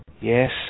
Yes